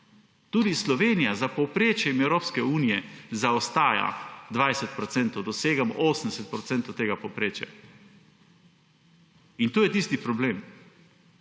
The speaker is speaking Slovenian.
Tudi Slovenija za povprečjem Evropske unije zaostaja 20 %, dosegamo 80 % tega povprečja. To je tisti problem,